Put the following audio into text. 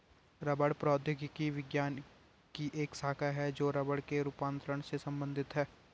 रबड़ प्रौद्योगिकी विज्ञान की एक शाखा है जो रबड़ के रूपांतरण से संबंधित है